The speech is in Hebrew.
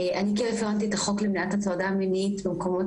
אני כרפרנטית החוק למניעת הטרדה מינית במקומות